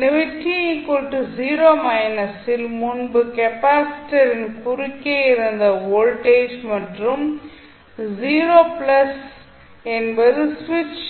எனவே t0 இல் முன்பு கெப்பாசிட்டரின் குறுக்கே இருந்த வோல்டேஜ் மற்றும் 0 என்பது சுவிட்ச்